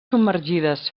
submergides